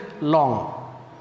long